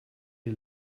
die